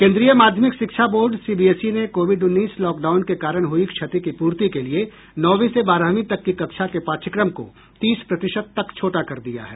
केंद्रीय माध्यमिक शिक्षा बोर्ड सीबीएसई ने कोविड उन्नीस लॉकडाउन के कारण हुई क्षति की पूर्ति के लिए नौवीं से बारहवीं तक की कक्षा के पाठ्यक्रम को तीस प्रतिशत तक छोटा कर दिया है